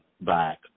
back